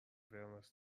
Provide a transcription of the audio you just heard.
قرمز